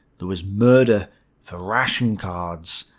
there was murder for ration cards.